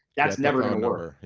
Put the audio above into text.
that's never gonna work.